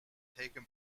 taken